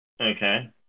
Okay